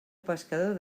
pescador